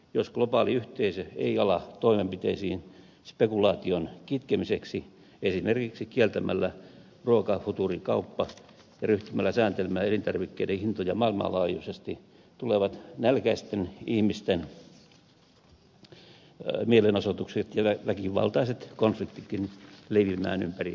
jos globaali yhteisö ei ala toimenpiteisiin spekulaation kitkemiseksi esimerkiksi kieltämällä ruuan futuurikaupan ja ryhtymällä sääntelemään elintarvikkeiden hintoja maailmanlaajuisesti tulevat nälkäisten ihmisten mielenosoitukset ja väkivaltaiset konfliktitkin leviämään ympäri maailmaa